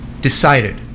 decided